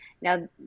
Now